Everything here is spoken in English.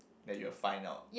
that you will find out